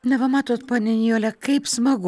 na va matot ponia nijole kaip smagu